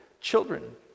children